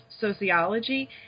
sociology